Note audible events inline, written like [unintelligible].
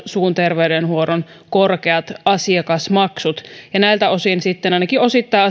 suun terveydenhuollon korkeat asiakasmaksut näiltä osin asiaan tulee ainakin osittain [unintelligible]